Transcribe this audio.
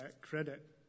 credit